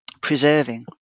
preserving